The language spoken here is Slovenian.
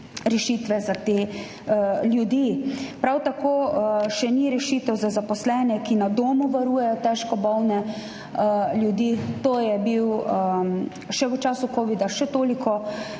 rešitve za te ljudi. Prav tako še ni rešitev za zaposlene, ki na domu varujejo težko bolne ljudi. To je bil v času covida še toliko večji